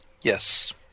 Yes